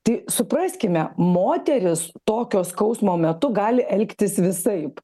tai supraskime moteris tokio skausmo metu gali elgtis visaip